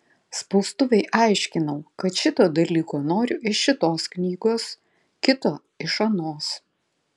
spaustuvei aiškinau kad šito dalyko noriu iš šitos knygos kito iš anos